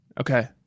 Okay